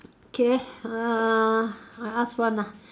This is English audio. K uh I ask one ah